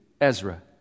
Ezra